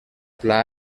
pla